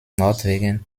norwegen